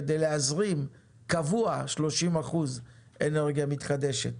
כדי להזרים באופן קבוע 30 אחוזי אנרגיה מתחדשת.